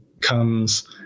comes